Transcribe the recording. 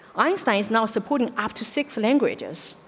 einstein is now supporting after six languages.